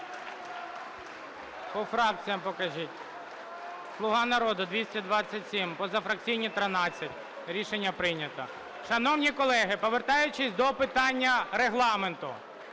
По фракціях покажіть. "Слуга народу" – 227, позафракційні – 13. Рішення прийнято. Шановні колеги, повертаючись до питання Регламенту.